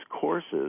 courses